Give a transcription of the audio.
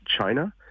China